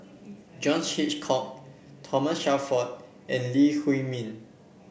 John Hitchcock Thomas Shelford and Lee Huei Min